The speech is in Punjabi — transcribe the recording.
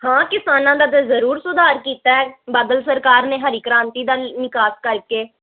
ਹਾਂ ਕਿਸਾਨਾਂ ਦਾ ਤਾਂ ਜ਼ਰੂਰ ਸੁਧਾਰ ਕੀਤਾ ਹੈ ਬਾਦਲ ਸਰਕਾਰ ਨੇ ਹਰੀ ਕ੍ਰਾਂਤੀ ਦਾ ਨਿਕਾਸ ਕਰਕੇ